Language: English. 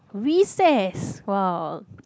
recess !wow!